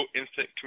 instant